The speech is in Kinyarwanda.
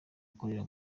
akorera